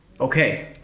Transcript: Okay